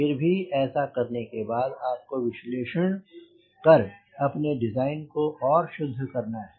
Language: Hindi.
फिर भी ऐसा करने के बाद आपको विश्लेहन कर अपने डिज़ाइन को और शुद्ध करना है